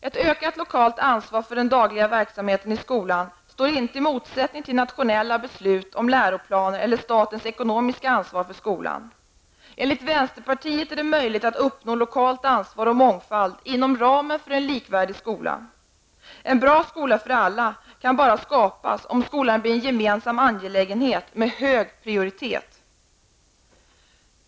Ett ökat lokalt ansvar för den dagliga verksamheten i skolan står inte i motsättning till nationella beslut om läroplaner eller statens ekonomiska ansvar för skolan. Enligt vänsterpartiet är det möjligt att uppnå lokalt ansvar och mångfald inom ramen för en likvärdig skola. En bra skola för alla kan bara skapas om skolan blir en gemensam angelägenhet med hög prioritet. Herr talman!